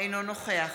אינו נוכח